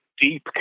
deep